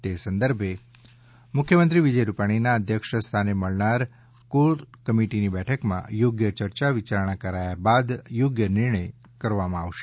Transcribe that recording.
તે સંદર્ભે મુખ્યમંત્રી વિજય રૂપાણીના અધ્યક્ષ સ્થાને મળનાર કોર કમિટીની બેઠકમાં યોગ્ય ચર્ચા વિચારણા કરાયા બાદ યોગ્ય નિર્ણય રાજ્ય સરકાર કરશે